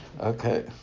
Okay